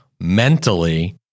mentally